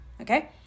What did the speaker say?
okay